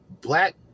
black